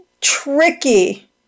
Tricky